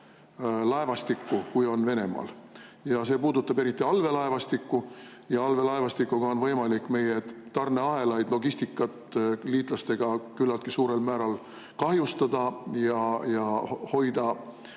laevastikku, kui on Venemaal, ja see puudutab eriti allveelaevastikku. Allveelaevastikuga on võimalik meie logistikat, tarneahelaid liitlastega küllaltki suurel määral kahjustada ja hoida